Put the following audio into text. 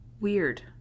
Weird